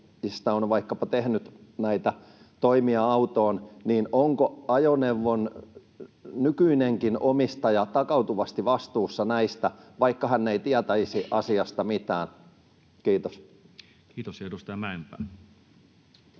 on tehnyt näitä toimia autoon, niin onko ajoneuvon nykyinenkin omistaja takautuvasti vastuussa näistä, vaikka hän ei tietäisi asiasta mitään? — Kiitos. [Speech